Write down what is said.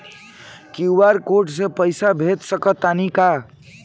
QR code से पईसा भेज सक तानी का?